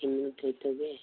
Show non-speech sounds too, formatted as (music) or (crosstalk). (unintelligible)